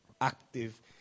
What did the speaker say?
Active